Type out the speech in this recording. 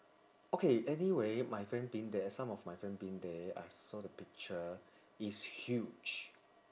okay anyway my friend been there some of my friend been there I saw the picture it's huge